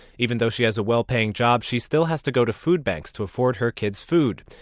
even though she has a well paying job, she still has to go to food banks to afford her kids' food.